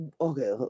okay